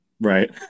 Right